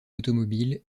automobile